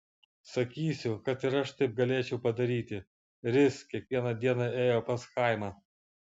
sakysiu kad ir aš taip galėčiau padaryti ris kiekvieną dieną ėjo pas chaimą